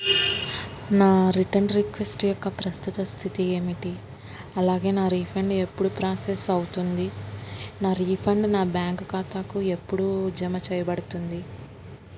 నా return request యొక్క ప్రస్తుత స్థితి ఏమిటి అలాగే నా రీఫండ్ ఎప్పుడు ప్రాసెస్ అవుతుంది నా రీఫండ్ నా బ్యాంక్ ఖాతాకు ఎప్పుడూ జమ చెయ్యబడుతుంది